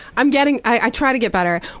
i'm getting i try to get better.